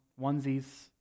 onesies